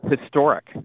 historic